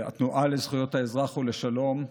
של התנועה לזכויות האזרח ולשלום,